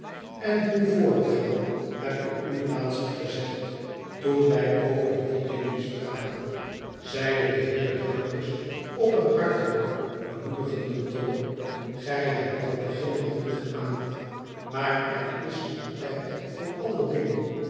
en hoe voortgaan heb ik u laatst gezegd toen wij over die dingen spraken zeide de heer jarndyce op een hartelijken bemoedigenden toon g-ij hebt dat begin nog niet gemaakt maar er is een tijd voor alle dingen